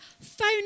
phone